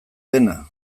dena